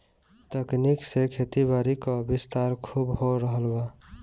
तकनीक से खेतीबारी क विस्तार खूब हो रहल बा